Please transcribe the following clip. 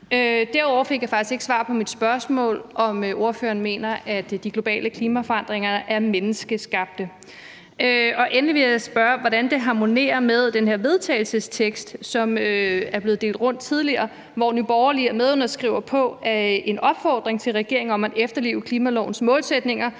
Derudover fik jeg faktisk ikke svar på mit spørgsmål om, om ordføreren mener, at de globale klimaforandringer er menneskeskabte. Og endelig vil jeg spørge, hvordan det harmonerer med den her vedtagelsestekst, som er blevet delt rundt tidligere, hvor Nye Borgerlige er medunderskrivere på en opfordring til regeringen om at efterleve klimalovens målsætninger